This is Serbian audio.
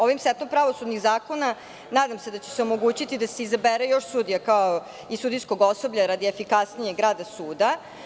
Ovim setom pravosudnih zakona nadam se da će se omogućiti da se izabere još sudija, kao i sudijskog osoblja radi efikasnijeg rada suda.